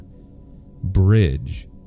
bridge